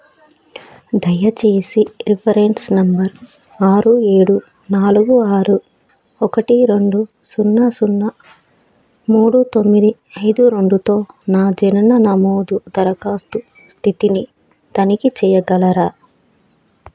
దయచేసి reference number ఆరు ఏడు నాలుగు ఆరు ఒకటి రెండు సున్నా సున్నా మూడు తొమ్మిది ఐదు రెండుతో నా జనన నమోదు దరఖాస్తు స్థితిని తనిఖి చెయ్యగలరా